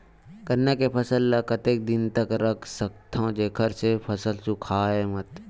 गन्ना के फसल ल कतेक दिन तक रख सकथव जेखर से फसल सूखाय मत?